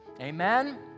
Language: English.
Amen